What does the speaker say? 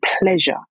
pleasure